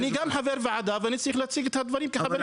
אני גם חבר ועדה ואני גם צריך להציג את הדברים כחבר כנסת.